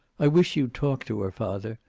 i wish you'd talk to her, father.